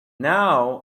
now